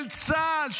של צה"ל,